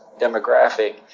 demographic